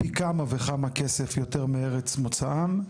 פי כמה וכמה כסף, יותר מארץ מוצאם,